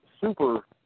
super